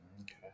Okay